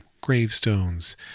gravestones